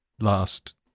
last